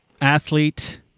athlete